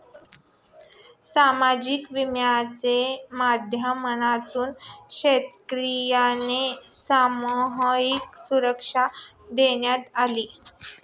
सामाजिक विम्याच्या माध्यमातून शेतकर्यांना सामूहिक सुरक्षा देण्यात आली